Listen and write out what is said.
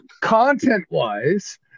Content-wise